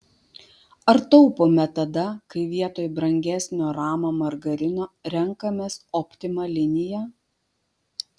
ar taupome tada kai vietoj brangesnio rama margarino renkamės optima liniją